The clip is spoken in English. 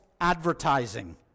advertising